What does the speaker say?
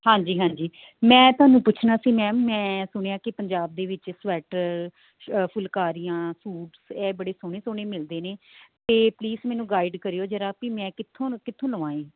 ਹਾਂਜੀ ਹਾਂਜੀ ਮੈਂ ਤੁਹਾਨੂੰ ਪੁੱਛਣਾ ਸੀ ਮੈਮ ਮੈਂ ਸੁਣਿਆ ਕਿ ਪੰਜਾਬ ਦੇ ਵਿੱਚ ਸਵੈਟਰ ਫੁਲਕਾਰੀਆਂ ਸੂਟਸ ਇਹ ਬੜੇ ਸੋਹਣੇ ਸੋਹਣੇ ਮਿਲਦੇ ਨੇ ਅਤੇ ਪਲੀਸ ਮੈਨੂੰ ਗਾਈਡ ਕਰਿਓ ਜ਼ਰਾ ਵੀ ਮੈਂ ਕਿੱਥੋਂ ਕਿੱਥੋਂ ਲਵਾ ਏ